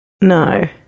No